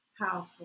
powerful